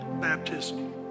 baptism